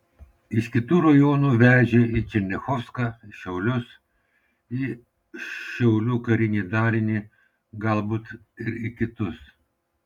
iš kitų rajonų vežė į černiachovską į šiaulius į šiaulių karinį dalinį galbūt ir į kitus